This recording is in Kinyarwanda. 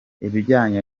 ibijyanye